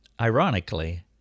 Ironically